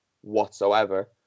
whatsoever